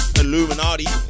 Illuminati